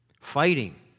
Fighting